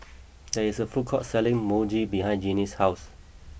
there is a food court selling Mochi behind Genie's house